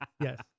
Yes